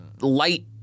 light